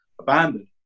abandoned